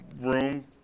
room